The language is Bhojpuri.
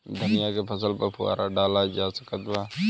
धनिया के फसल पर फुहारा डाला जा सकत बा?